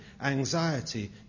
anxiety